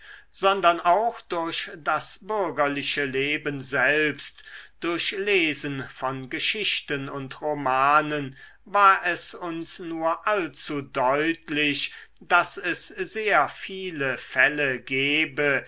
sondern auch durch das bürgerliche leben selbst durch lesen von geschichten und romanen war es uns nur allzu deutlich daß es sehr viele fälle gebe